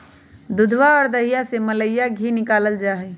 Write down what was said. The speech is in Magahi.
दूधवा और दहीया के मलईया से धी निकाल्ल जाहई